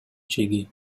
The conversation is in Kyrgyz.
чеги